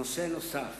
נושא נוסף,